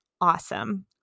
awesome